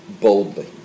Boldly